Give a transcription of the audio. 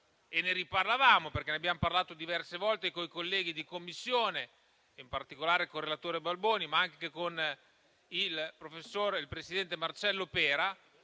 pone un problema tecnico. Ne abbiamo parlato diverse volte con i colleghi di Commissione, in particolare con il relatore Balboni, ma anche con il professore presidente Marcello Pera.